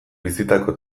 bizitako